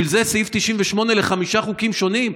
בשביל זה סעיף 98 לחמישה חוקים שונים?